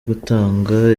gutanga